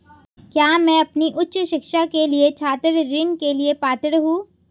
क्या मैं अपनी उच्च शिक्षा के लिए छात्र ऋण के लिए पात्र हूँ?